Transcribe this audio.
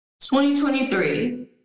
2023